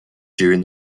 during